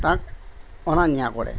তাত অনা নিয়া কৰে